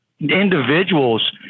Individuals